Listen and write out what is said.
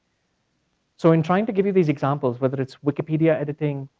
so in trying to give you those examples, whether it's wikipedia editing,